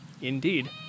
Indeed